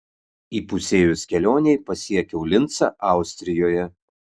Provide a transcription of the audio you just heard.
įpusėjus kelionei pasiekiau lincą austrijoje